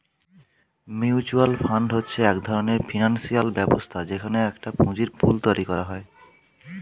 mutual fund হচ্ছে এক ধরণের ফিনান্সিয়াল ব্যবস্থা যেখানে একটা পুঁজির পুল তৈরী করা হয়